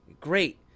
great